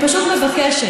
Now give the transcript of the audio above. אני פשוט מבקשת,